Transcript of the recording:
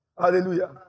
Hallelujah